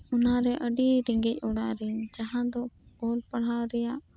ᱚᱱᱟ ᱨᱮ ᱟᱰᱤ ᱨᱮᱸᱜᱮᱡ ᱚᱲᱟᱜ ᱨᱮᱱ ᱡᱟᱦᱟᱸ ᱫᱚ ᱚᱞ ᱯᱟᱲᱦᱟᱣ ᱨᱮᱭᱟᱜ